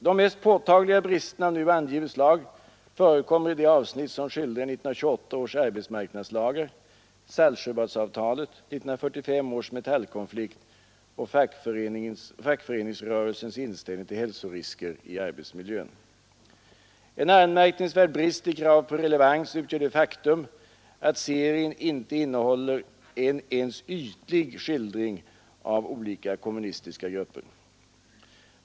De mest påtagliga bristerna av nu angivet slag förekommer i de avsnitt som skildrar 1928 års arbetsmarknadslagar, Saltsjöbadsavtalet, 1945 års metallkonflikt och fackföreningsrörelsens inställning till hälsorisker i arbetsmiljön. En anmärkningsvärd brist i kravet på relevans utgör det faktum att serien inte innehåller en ens ytlig skildring av olika kommunistiska grupper.